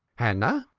hannah!